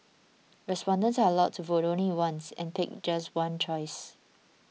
respondents are allowed to vote only once and pick just one choice